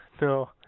No